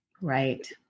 Right